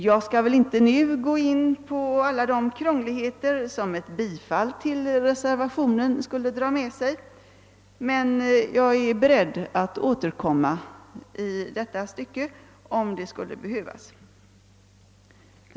Jag skall inte nu gå in på alla de krångligheter som ett bifall till reservationen skulle föra med sig, men jag är beredd att återkomma i detta stycke, om så erfordras.